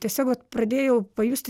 tiesiog vat pradėjau pajusti